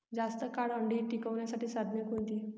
जास्त काळ अंडी टिकवण्यासाठी साधने कोणती?